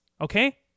Okay